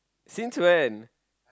since when